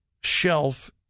shelf